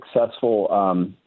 successful